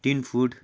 tin food